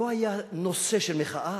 לא היה נושא של מחאה,